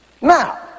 now